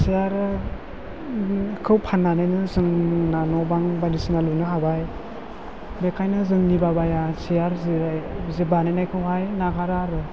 सियारा फान्नानैनो जोंना न' बां बायदिसिना लुनो हाबाय बेखायनो जोंनि बाबाया सियार जिराय बानायनायखौहाय नागारा आरो